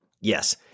Yes